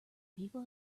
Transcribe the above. people